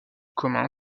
commun